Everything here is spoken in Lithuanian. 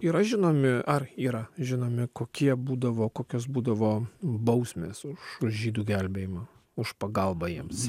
yra žinomi ar yra žinomi kokie būdavo kokios būdavo bausmės už žydų gelbėjimą už pagalbą jiems